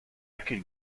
could